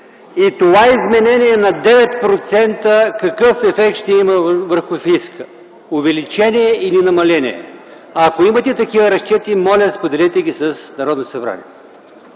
и това изменение на 9% какъв ефект ще има върху фиска - увеличение или намаление. Ако имате такива разчети, моля, споделете ги с Народното събрание.